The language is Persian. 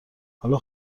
حالا